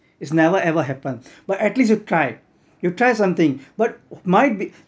is never ever happened but at least you try you try something but my big